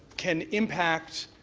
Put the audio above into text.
can impact